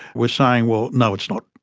were saying, well, no it's not,